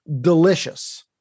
delicious